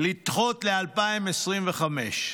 לדחות ל-2025.